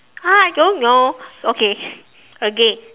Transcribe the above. !huh! I don't know okay again